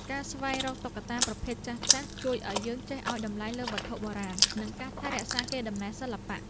ការស្វែងរកតុក្កតាប្រភេទចាស់ៗជួយឱ្យយើងចេះឱ្យតម្លៃលើវត្ថុបុរាណ និងការថែរក្សាកេរដំណែលសិល្បៈ។